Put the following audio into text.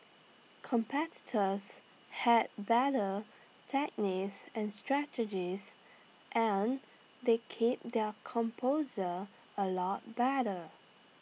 competitors had better techniques and strategies and they keep their composure A lot better